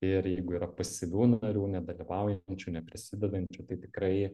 ir jeigu yra pasyvių narių nedalyvaujančių neprisidedančių tai tikrai